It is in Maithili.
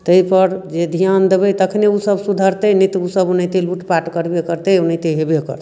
ताहिपर जे ध्यान देबै तखने ओसभ सुधरतै नहि तऽ ओसभ ओनाहिते लूटपाट करबे करतै ओनाहिते हेबे करतै